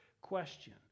question